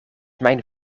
mijn